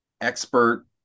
expert